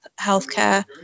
healthcare